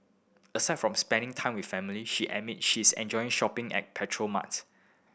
aside from spending time with family she admits she enjoys shopping at petrol marts